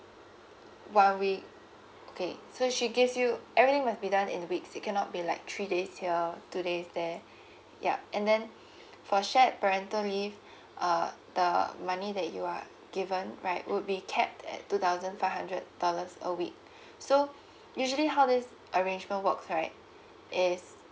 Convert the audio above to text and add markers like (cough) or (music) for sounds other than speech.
while we okay so she gives you everything must be done in weeks it cannot be like three days here two days (breath) yup and then (breath) for shared parental leave (breath) uh the money that you are given right would be kept at two thousand five hundred dollars a week (breath) so usually how this arrangement works right is